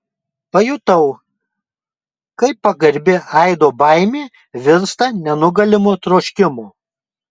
pajutau kaip pagarbi aido baimė virsta nenugalimu troškimu